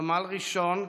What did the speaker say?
סמל ראשון,